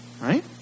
right